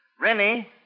Rennie